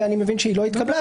ואני מבין שהיא לא התקבלה,